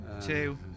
two